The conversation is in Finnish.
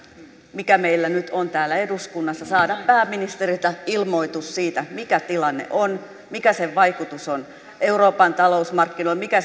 mikä meillä nyt on täällä eduskunnassa saada pääministeriltä ilmoitus siitä mikä tilanne on mikä sen vaikutus on euroopan taloudelle ja markkinoilla mikä